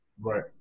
Right